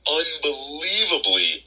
unbelievably